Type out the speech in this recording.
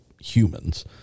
humans